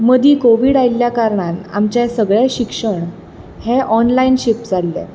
मदी कोविड आयल्या कारणान आमचे सगळें शिक्षण हें ऑनलायन शिफ्ट जाल्लें